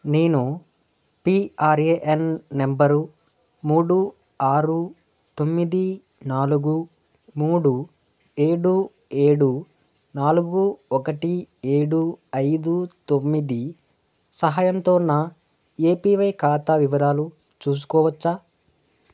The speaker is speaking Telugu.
నేను పీఆర్ఏఎన్ నంబరు మూడు ఆరు తొమ్మిది నాలుగు మూడు ఏడు ఏడు నాలుగు ఒకటి ఏడు ఐదు తొమ్మిది సహాయంతో నా ఏపీవై ఖాతా వివరాలు చూసుకోవచ్చా